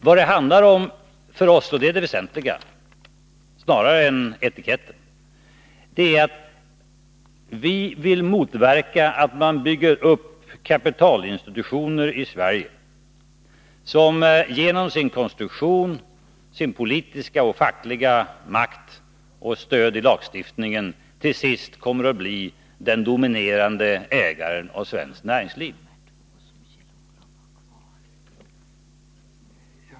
Vad det handlar om för oss — och det är det väsentliga snarare än etiketten — är att vi vill motverka att man bygger upp kapitalinstitutioner i Sverige som genom sin konstruktion, sin politiska och fackliga makt och sitt stöd i lagstiftningen till sist kommer att bli den dominerande ägaren av svenskt näringsliv.